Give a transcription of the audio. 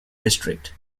district